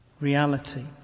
reality